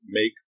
make